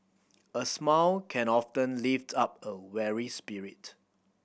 a smile can often lift up a weary spirit